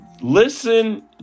listen